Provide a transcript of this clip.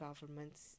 governments